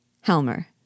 Helmer